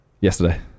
Yesterday